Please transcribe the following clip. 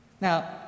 Now